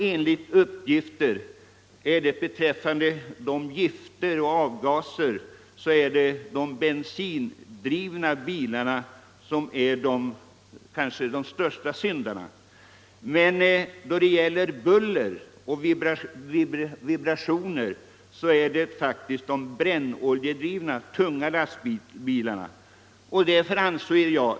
Enligt de uppgifter jag erhållit är visserligen de bensindrivna bilarna de kanske största syndarna när det gäller utsläpp av giftiga avgaser, men i fråga om buller och vibrationer utgör de brännoljedrivna tunga lastbilarna den största miljöolägenheten.